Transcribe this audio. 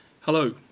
Hello